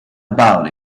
about